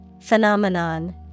Phenomenon